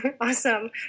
awesome